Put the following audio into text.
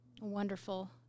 wonderful